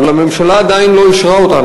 אבל הממשלה עדיין לא אישרה אותה.